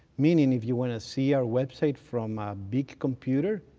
meaning if you want to see our web site from a big computer,